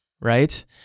right